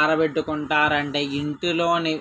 ఆరబెట్టుకుంటారంటే ఇంటిలోని